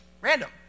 random